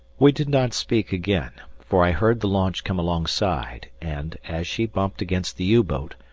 we did not speak again, for i heard the launch come alongside, and, as she bumped against the u-boat,